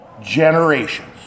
generations